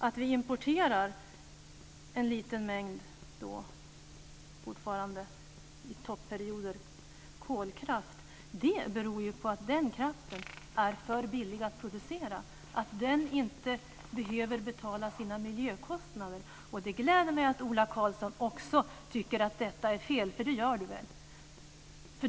Att vi fortfarande vid topperioder importerar en liten mängd kolkraft beror på att den kraften är för billig att producera. Den behöver inte betala sina miljökostnader. Det gläder mig att också Ola Karlsson tycker att det är fel. Det gör väl Ola Karlsson?